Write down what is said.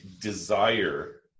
desire